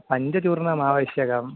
पञ्चचूर्णमावश्यकं